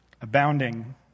abounding